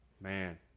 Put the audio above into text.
man